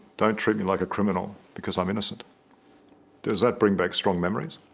don't treat me like a criminal because i'm innocent does that bring back strong memories?